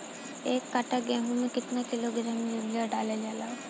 एक कट्टा गोहूँ में केतना किलोग्राम यूरिया डालल जाला?